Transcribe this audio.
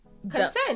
consent